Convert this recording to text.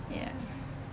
ya